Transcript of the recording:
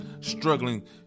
Struggling